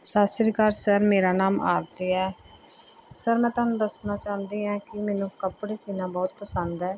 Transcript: ਸਤਿ ਸ਼੍ਰੀ ਅਕਾਲ ਸਰ ਮੇਰਾ ਨਾਮ ਆਰਤੀ ਹੈ ਸਰ ਮੈਂ ਤੁਹਾਨੂੰ ਦੱਸਣਾ ਚਾਹੁੰਦੀ ਐ ਕਿ ਮੈਨੂੰ ਕੱਪੜੇ ਸਿਊਣਾ ਬਹੁਤ ਪਸੰਦ ਹੈ